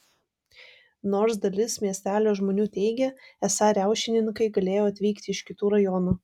nors dalis miestelio žmonių teigė esą riaušininkai galėjo atvykti iš kitų rajonų